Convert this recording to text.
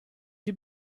you